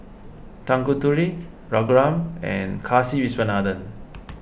Tanguturi Raghuram and Kasiviswanathan